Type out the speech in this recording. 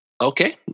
okay